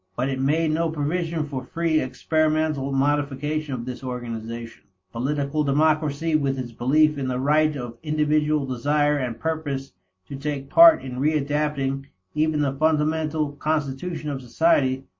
but it made no provision for free experimental modification of this organization. political democracy, with its belief in the right of individual desire and purpose to take part in readapting even the fundamental constitution of society,